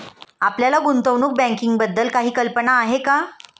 आपल्याला गुंतवणूक बँकिंगबद्दल काही कल्पना आहे का?